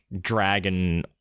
Dragon